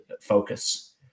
focus